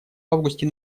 августе